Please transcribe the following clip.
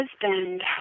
husband